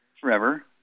forever